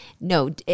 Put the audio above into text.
No